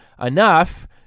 enough